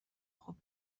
خوب